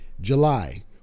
July